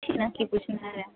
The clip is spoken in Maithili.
ठीक छै